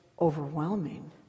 overwhelming